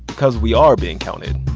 cause we are being counted.